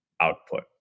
output